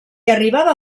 arribava